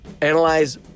analyze